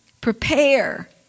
Prepare